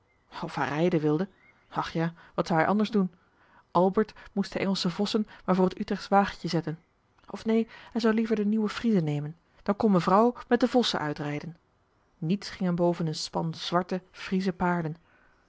hij rijden wilde ach ja wat zou hij anders doen albert moest de engelsche vossen maar voor het utrechtsch wagentje zetten of neen hij zou liever de nieuwe friezen nemen dan kon mevrouw met de vossen uitrijden niets ging hem boven een span zwarte friesche paarden